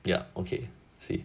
ya okay same